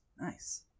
Nice